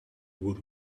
woot